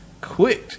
Quick